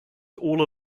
all